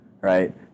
right